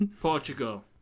Portugal